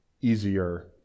easier